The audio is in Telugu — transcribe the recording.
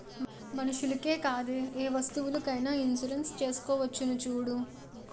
మనుషులకే కాదే ఏ వస్తువులకైన ఇన్సురెన్సు చేసుకోవచ్చును చూడూ